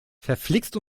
verflixt